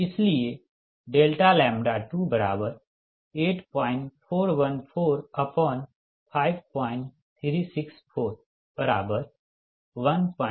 इसलिए 8414536415686